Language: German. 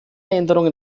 änderungen